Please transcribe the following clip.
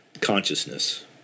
consciousness